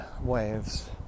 waves